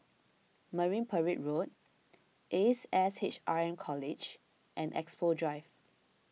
Marine Parade Road Ace S H R M College and Expo Drive